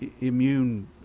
immune